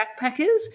backpackers